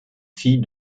fille